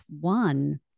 one